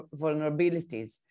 vulnerabilities